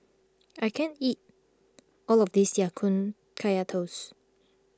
I can't eat all of this Ya Kun Kaya Toast